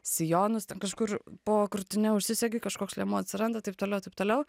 sijonus ten kažkur po krūtine užsisegi kažkoks liemuo atsiranda taip toliau taip toliau